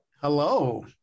hello